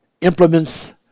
Implements